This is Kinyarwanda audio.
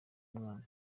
umwana